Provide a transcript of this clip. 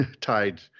tied